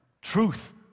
truth